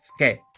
Okay